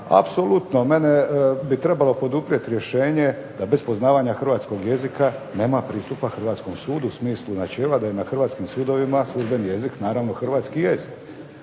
Apsolutno, mene bi trebalo poduprijeti rješenje da bez poznavanja hrvatskog jezika nema pristupa hrvatskom sudu u smislu načela da je na hrvatskim sudovima službeni jezik naravno hrvatski jezik.